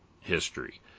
history